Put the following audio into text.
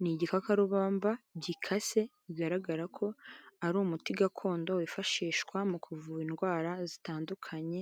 ni igikakarubamba gikase bigaragara ko ari umuti gakondo wifashishwa mu kuvura indwara zitandukanye.